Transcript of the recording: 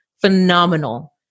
phenomenal